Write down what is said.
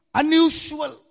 unusual